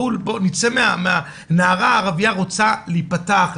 נערה ערביה רוצה להיפתח,